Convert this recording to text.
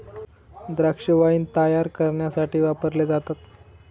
द्राक्षे वाईन तायार करण्यासाठी वापरली जातात